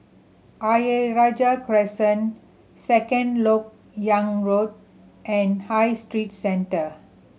Ayer Rajah Crescent Second Lok Yang Road and High Street Centre